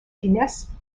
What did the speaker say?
finesse